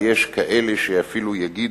ויש כאלה שאפילו יגידו,